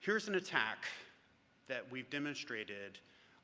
here's an attack that we've demonstrated